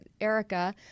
Erica